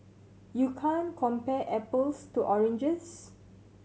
you can't compare apples to oranges